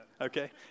Okay